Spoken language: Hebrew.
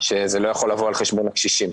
שזה לא יכול לבוא על חשבון הקשישים.